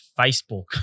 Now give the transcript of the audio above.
Facebook